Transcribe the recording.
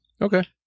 Okay